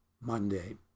Monday